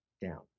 down